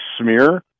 smear